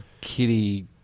kitty